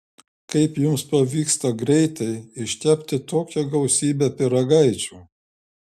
kaip jums pavyksta greitai iškepti tokią gausybę pyragaičių